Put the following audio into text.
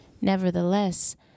Nevertheless